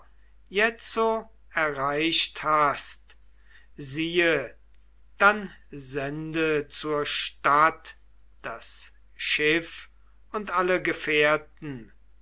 jetzo erreicht hast siehe dann sende zur stadt das schiff und alle gefährten